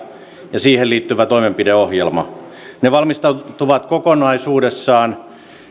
ja siihen liittyvä toimenpideohjelma ne valmistuvat kokonaisuudessaan